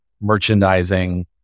merchandising